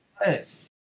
Yes